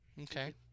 Okay